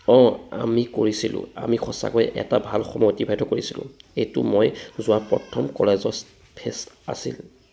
অঁ আমি কৰিছিলোঁ আমি সঁচাকৈয়ে এটা ভাল সময় অতিবাহিত কৰিছিলোঁ এইটো মই যোৱা প্ৰথম কলেজৰ ফেষ্ট আছিল